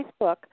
Facebook